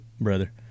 brother